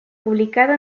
publicado